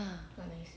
ha